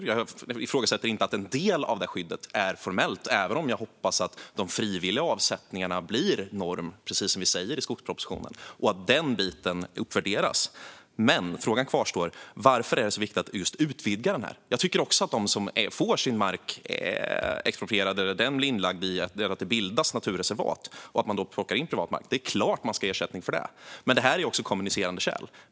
Och jag ifrågasätter inte att en del av detta skydd är formellt även om jag hoppas att de frivilliga avsättningarna blir norm, precis som sägs i skogspropositionen, och att den delen uppvärderas. Men frågan kvarstår: Varför är det så viktigt att utvidga just detta? Det är klart att de som får sin mark exproprierad och de vars privata mark blir naturreservat ska ha ersättning för det. Men detta är också kommunicerande kärl.